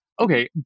okay